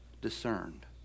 discerned